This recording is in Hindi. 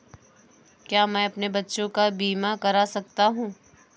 क्या मैं अपने बच्चों का बीमा करा सकता हूँ?